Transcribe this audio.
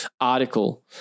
article